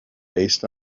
based